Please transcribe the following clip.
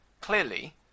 Clearly